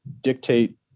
dictate